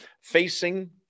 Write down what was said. Facing